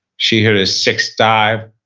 she hit her sixth dive